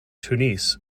tunis